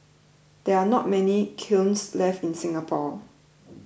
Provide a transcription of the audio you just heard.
there are not many kilns left in Singapore